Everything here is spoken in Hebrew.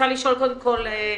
קודם כל,